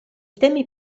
temi